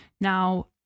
Now